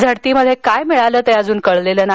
झडतीत काय मिळालं ते अजून कळलेलं नाही